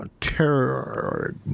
terror